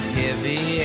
heavy